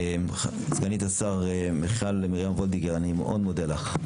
סגנית השר מיכל מרים וולדיגר, אני מאוד מודה לך.